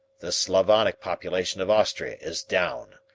the slavonic population of austria is down,